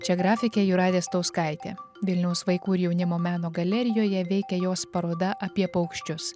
čia grafikė jūratė stauskaitė vilniaus vaikų ir jaunimo meno galerijoje veikia jos paroda apie paukščius